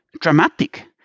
dramatic